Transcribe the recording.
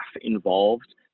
involved